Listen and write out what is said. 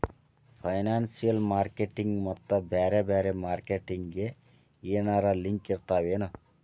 Financial marketing ಮತ್ತ ಬ್ಯಾರೆ ಬ್ಯಾರೆ ಮಾರ್ಕೆಟಿಂಗ್ ಗೆ ಏನರಲಿಂಕಿರ್ತಾವೆನು?